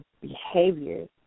behaviors